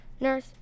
nurse